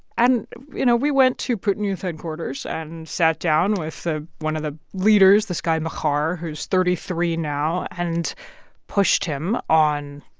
and, you know, we went to putin youth headquarters and sat down with one of the leaders this guy makar, who's thirty three now and pushed him on,